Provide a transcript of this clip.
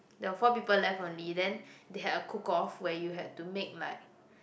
there were four people left only then they had a cook off where you had to make like